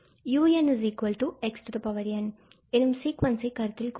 𝑢𝑛𝑥𝑛 and 𝑥∈01 எனும் சீக்குவன்ஸை கருத்தில் கொள்க